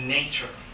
nature